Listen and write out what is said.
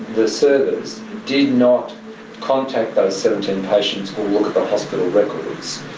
the service did not contact those seventeen patients or hospital records,